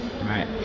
Right